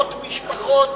עשרות משפחות